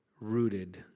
rooted